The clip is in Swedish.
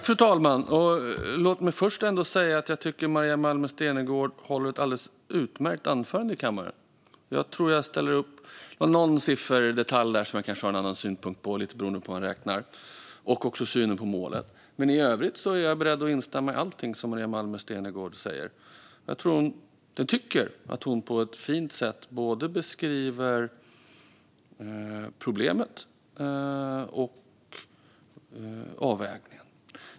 Fru talman! Låt mig först säga att jag tycker att Maria Malmer Stenergard håller ett alldeles utmärkt anförande här i kammaren. Det var någon sifferdetalj som jag kanske har en annan synpunkt på, lite beroende på hur man räknar, och samma sak med synen på målet, men i övrigt är jag beredd att instämma i allting som Maria Malmer Stenergard säger. Jag tycker att hon på ett fint sätt både beskriver problemet och avvägningen.